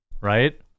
right